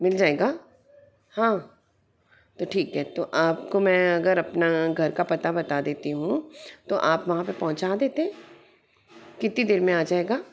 मिल जाएगा हाँ तो ठीक है तो आपको मैं अगर अपना घर का पता बता देती हूँ तो आप वहाँ पे पहुँचा देते कितनी देर में आ जाएगा